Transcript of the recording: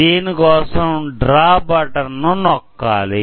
దీని కోసం draw button ను నొక్కాలి